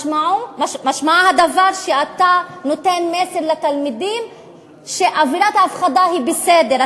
משמע הדבר שאתה נותן מסר לתלמידים שאווירת ההפחדה היא בסדר,